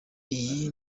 iyi